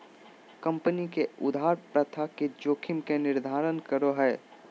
company के उधार प्रथा के जोखिम के निर्धारित करो हइ